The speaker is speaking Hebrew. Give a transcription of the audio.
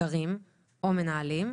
גרים או מנהלים.